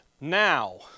now